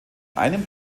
einem